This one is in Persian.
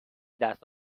دست